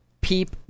peep